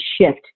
shift